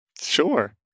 Sure